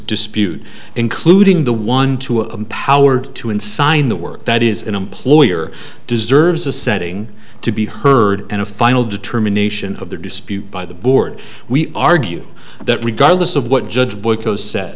dispute including the one two empowered to and sign the work that is an employer deserves a setting to be heard and a final determination of the dispute by the board we argue that regardless of what judge